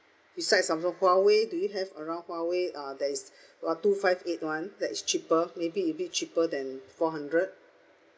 besides samsung huawei do you have around huawei uh that is uh two five eight [one] that's cheaper maybe a bit cheaper than four hundred